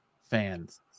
fans